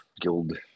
guild